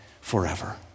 forever